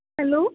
hello